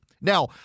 Now